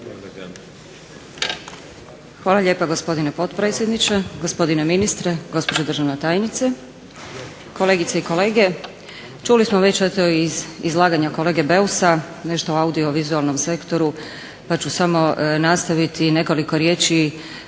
Hvala lijepa gospodine potpredsjedniče. Gospodine ministre, gospođo državna tajnice, kolegice i kolege zastupnici. Čuli smo iz izlaganja kolege Beusa nešto o audiovizualnom sektoru pa ću samo nastaviti nekoliko riječi